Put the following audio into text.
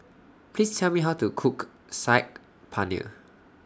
Please Tell Me How to Cook Saag Paneer